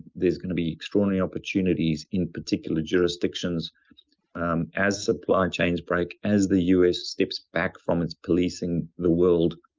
there's going to be extraordinary opportunities in particular jurisdictions as supply chains break, as the u s. slips back from its policing the world